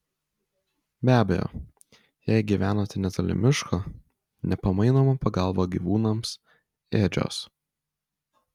be abejo jei gyvenate netoli miško nepamainoma pagalba gyvūnams ėdžios